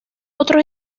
otros